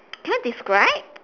can you describe